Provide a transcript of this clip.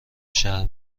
شهر